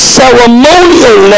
ceremonial